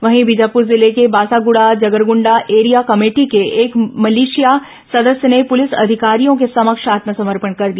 वहीं बीजापुर जिले के बासागुड़ा जगरगुंडा एरिया कमेटी के एक मिलिशिया सदस्य ने पुलिस अधिकारियों के समक्ष आत्मसमर्पेण कर दिया